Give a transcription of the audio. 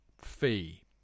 fee